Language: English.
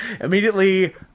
Immediately